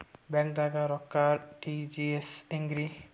ಬ್ಯಾಂಕ್ದಾಗ ರೊಕ್ಕ ಆರ್.ಟಿ.ಜಿ.ಎಸ್ ಹೆಂಗ್ರಿ?